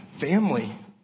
Family